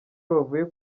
bavuye